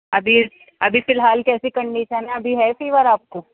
ابھی ابھی فی الحال کیسی کنڈیسن ہے ابھی ہے فیور آپ کو